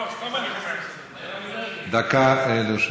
דקה לרשותך.